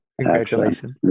Congratulations